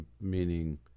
meaning